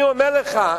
אני אומר לך,